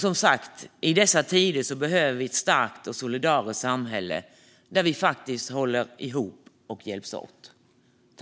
Som sagt: I dessa tider behöver vi ett starkt solidariskt samhälle där vi faktiskt håller ihop och hjälps åt.